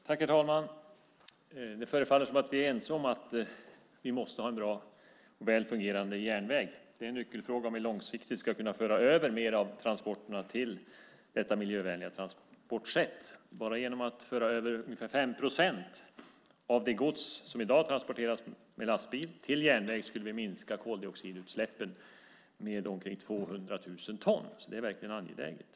Herr talman! Det förefaller som att vi är ense om att vi måste ha en bra och väl fungerande järnväg. Det är en nyckelfråga om vi långsiktigt ska kunna föra över mer av transporterna till detta miljövänliga transportsätt. Bara genom att föra över ungefär 5 procent av det gods som i dag transporteras med lastbil till järnväg skulle vi minska koldioxidutsläppen med omkring 200 000 ton. Det är verkligen angeläget.